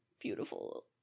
beautiful